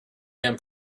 ham